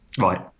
Right